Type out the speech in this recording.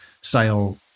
style